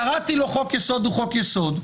קראתי לו חוק יסוד והוא חוק יסוד,